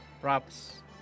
Props